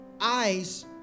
eyes